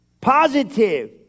Positive